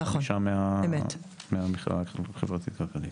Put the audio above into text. ו-5 מיליון מהמכללה החברתית כלכלית.